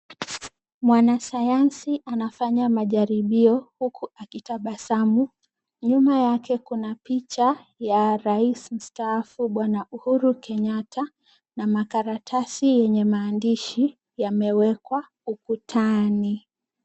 Mwanasayansi anafanya majaribio huku akitabasamu. Nyuma yake kuna picha ya rais mstaafu bwana Uhuru Kenyatta na karatasi yenye maandishi yamewekwa ukutani.